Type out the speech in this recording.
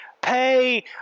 pay